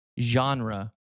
Genre